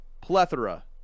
plethora